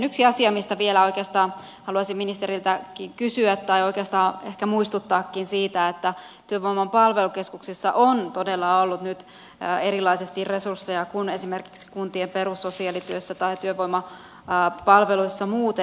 yksi asia mistä vielä oikeastaan haluaisin ministeriltä kysyä tai oikeastaan ehkä muistuttaakin siitä on se että työvoiman palvelukeskuksissa on todella ollut nyt erilaisesti resursseja kuin esimerkiksi kuntien perussosiaalityössä tai työvoimapalveluissa muuten